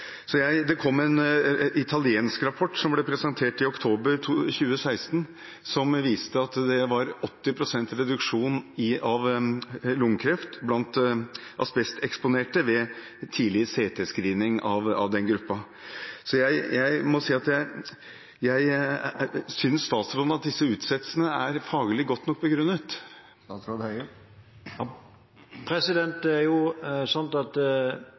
Det kom en italiensk rapport, presentert i oktober 2016, som viste at det var 80 pst. reduksjon av lungekreft blant asbesteksponerte ved tidlig CT-screening av den gruppen. Synes statsråden at disse utsettelsene er faglig godt nok begrunnet? Denne arbeidsgruppen har gått gjennom de eksisterende internasjonale studiene, og som jeg sa i mitt opprinnelige svar, gir ikke disse grunnlag for å si at